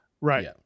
Right